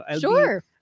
Sure